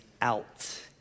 out